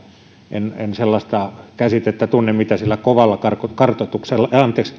en sellaista käsitettä tunne mitä sillä kovalla karkotuksella